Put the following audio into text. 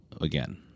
again